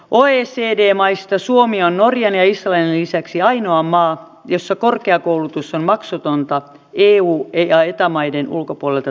oecd maista suomi on norjan ja islannin lisäksi ainoa maa jossa korkeakoulutus on maksutonta eu ja eta maiden ulkopuolelta tuleville